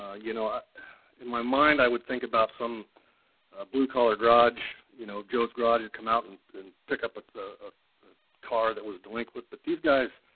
ah you know ah in my mind i would think about some ah blue-collar garage, you know joe's garage, come out and and pick up ah a car that was delinquent, but these guys,